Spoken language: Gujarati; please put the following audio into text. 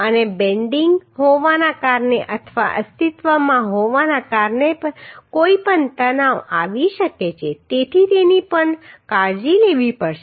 અને બેન્ડિંગ હોવાના કારણે અથવા અસ્તિત્વમાં હોવાને કારણે કોઈપણ તણાવ આવી શકે છે તેથી તેની પણ કાળજી લેવી પડશે